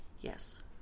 Yes